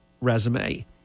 resume